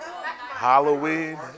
Halloween